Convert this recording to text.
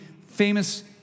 famous